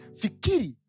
fikiri